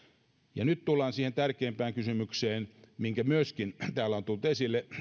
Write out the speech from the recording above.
ja nyt tullaan siihen tärkeimpään kysymykseen mikä myöskin täällä on tullut esille